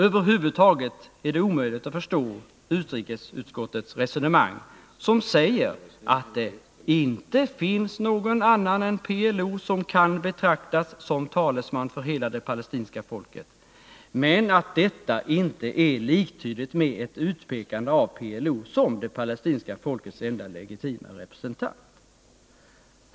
Över huvud taget är det omöjligt att förstå utrikesutskottets resonemang, att det ”inte finns någon annan än PLO som kan betraktas som talesman för hela det palestinska folket, men att detta inte är liktydigt med ett utpekande av PLO som det palestinska folkets enda legitima representant”.